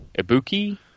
Ibuki